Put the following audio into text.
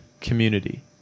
community